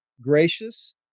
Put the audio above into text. Gracious